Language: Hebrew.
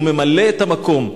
הוא ממלא את המקום.